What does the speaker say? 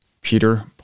Peter